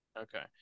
okay